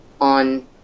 on